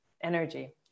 energy